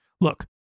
Look